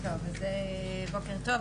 בוקר טוב,